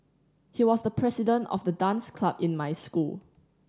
he was the president of the dance club in my school